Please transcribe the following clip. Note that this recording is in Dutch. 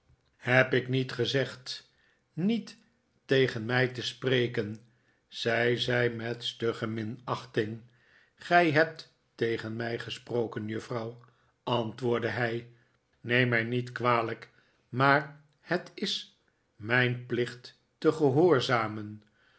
heb ik niet gezegd niet tegen mij te spreken zei zij met stugge minachting gij hebt tegen mij gesproken juffrouw antwoordde hij neem mij niet kwalijk maar het is mijn plicht te gehoorzamen